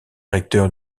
recteur